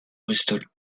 bristol